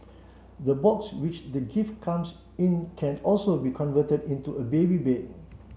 the box which the gift comes in can also be converted into a baby bed